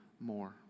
more